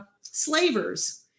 slavers